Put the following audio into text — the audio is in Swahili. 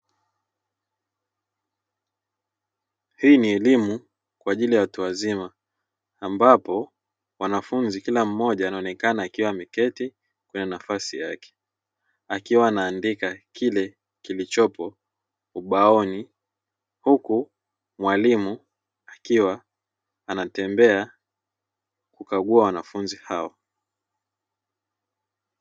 Hii ni elimu kwa ajili ya watu wazima, ambapo wanafunzi kila mmoja anaonekana akiwa ameketi kwenye nafasi yake, akiwa anaandika kile kilichopo ubaoni huku mwalimu akiwa anatembea kukagua wanafunzi hao.